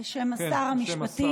כן, בשם השר.